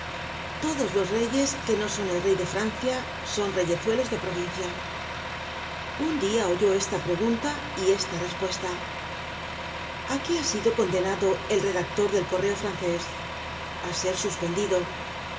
todos los reyes que no son el rey de francia son reyezuelos de provincia un dia oyó esta pregunta y esta respuesta a qué ha sido condenado el redactor del correo francés a ser suspendido